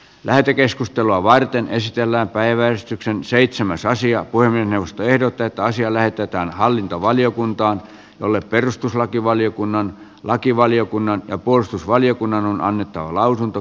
lähetekeskustelua varten esitellään päiväystyksen seitsemäs asia kuin minusta ehdot joita asia lähetetään hallintovaliokuntaan jolle perustuslakivaliokunnan lakivaliokunnan ja puolustusvaliokunnan on annettava lausunto